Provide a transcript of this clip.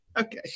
Okay